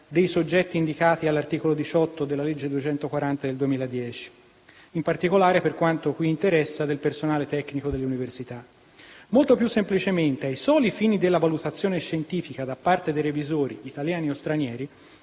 dei soggetti indicati all'articolo 18 della legge 30 dicembre 2010, n. 240 (in particolare, per quanto qui interessa, del personale tecnico delle università). Molto più semplicemente, ai soli fini della valutazione scientifica da parte dei revisori, italiani o stranieri,